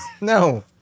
no